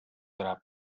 drap